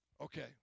Okay